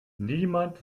niemand